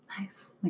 Nice